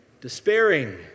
despairing